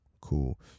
cool